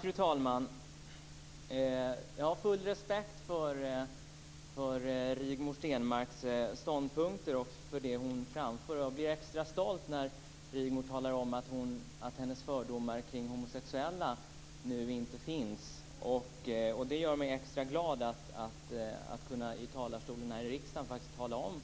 Fru talman! Jag har full respekt för de ståndpunkter som Rigmor Stenmark framför, och jag blir stolt när hon talar om att hon nu inte längre har fördomar mot homosexuella. Det gör mig glad att från denna talarstol i riksdagen kunna konstatera